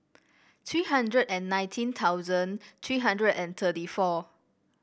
three hundred and nineteen thousand three hundred and thirty four